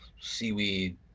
seaweed